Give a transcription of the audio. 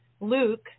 Luke